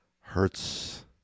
Hurts